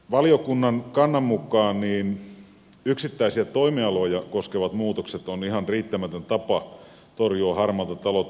valiokunnan kannan mukaan yksittäisiä toimialoja koskevat muutokset ovat ihan riittämätön tapa torjua harmaata taloutta